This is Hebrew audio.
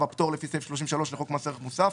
הפטור לפי סעיף 33 לחוק מס ערך מוסף,